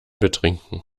betrinken